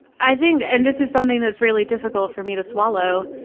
i think and this is something that's really difficult for me to swallow,